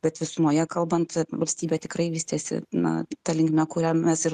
bet visumoje kalbant valstybė tikrai vystėsi na ta linkme kuria mes ir